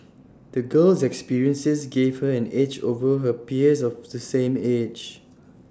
the girl's experiences gave her an edge over her peers of the same age